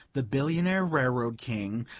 the billionaire railroad king,